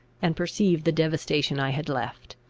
and perceive the devastation i had left.